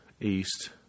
East